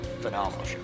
phenomenal